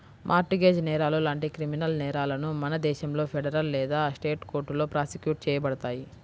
mart gauge నేరాలు లాంటి criminal నేరాలను మన దేశంలో ఫెడరల్ లేదా స్టేట్ కోర్టులో ప్రాసిక్యూట్ చేయబడతాయి